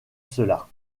cela